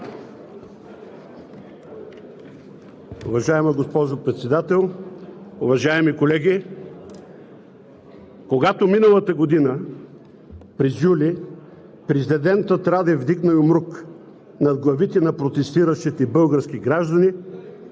Уважаема госпожо Председател, уважаеми колеги! Когато миналата година през юли президентът Радев вдигна юмрук над главите на протестиращите български граждани,